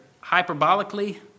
hyperbolically